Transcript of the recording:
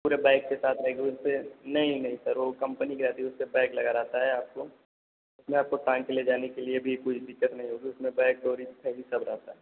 पूरे बैग के साथ रहेगी उस पर नहीं नहीं सर वो कम्पनी की रहती है उस पर बैग लगा रहता है आपको उसमें आपको टाँग के ले जाने के लिए भी कोई दिक्कत नहीं होगी उसमें बैग डोरी सही सब रहता है